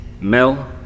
Mel